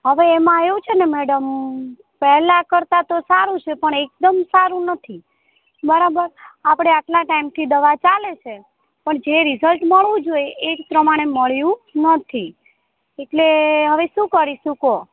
હવે એમાં એવું છે ને મૅડમ પહેલાં કરતાં તો સારું છે પણ એકદમ સારું નથી બરાબર આપણે આટલા ટાઇમથી દવા ચાલે છે પણ જે રીઝલ્ટ મળવું જોઈએ એ પ્રમાણે મળ્યું નથી એટલે હવે શું કરીશું કહો